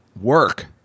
work